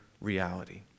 reality